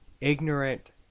ignorant